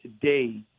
today